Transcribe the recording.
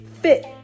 Fit